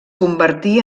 convertí